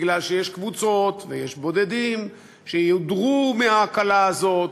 בגלל שיש קבוצות ויש בודדים שיודרו מההקלה הזאת,